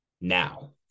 now